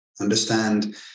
Understand